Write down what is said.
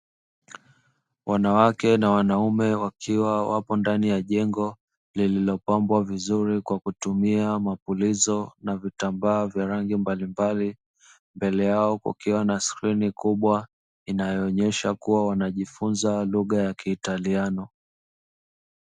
Wanawake na wanaume wakiwa wapo ndani ya jengo lililopambwa vizuri kwa kutumia mapulizo na vitambaa vya rangi mbalimbali, mbele yao kukiwa na skirini kubwa inyoonyesha kuwa wanajifunza lugha ya kiitaliano.